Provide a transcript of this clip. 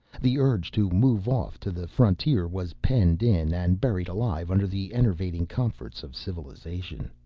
the urge to move off to the frontier was penned in and buried alive under the enervating comforts of civilization.